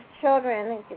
children